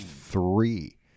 three